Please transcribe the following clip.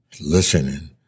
listening